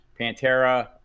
Pantera